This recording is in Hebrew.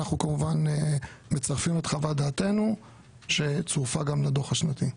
אנחנו כמובן מצרפים את חוות דעתנו שצורפה גם לדו"ח השנתי.